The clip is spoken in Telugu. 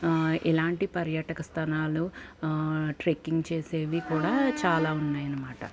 ఇలాంటి పర్యాటక స్థలాలు ట్రెక్కింగ్ చేసేవి కూడా చాలా ఉన్నాయి అనమాట